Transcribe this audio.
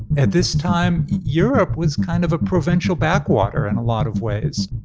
at this time, europe was kind of a provincial backwater in a lot of ways.